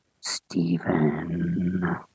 Stephen